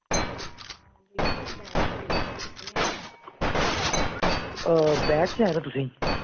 bat चाहिदा तुसें